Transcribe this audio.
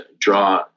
draw